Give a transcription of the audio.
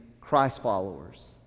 Christ-followers